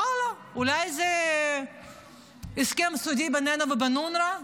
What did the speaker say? ואללה, אולי זה הסכם סודי בינינו ובין אונר"א.